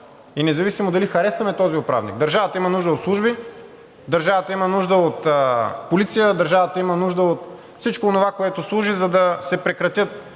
и независимо дали харесваме този управник, държавата има нужда от служби. Държавата има нужда от полиция, държавата има нужда от всичко онова, което служи, за да се прекратят